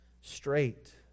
straight